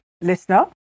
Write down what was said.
Listener